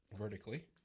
vertically